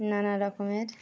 নানা রকমের